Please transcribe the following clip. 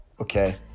Okay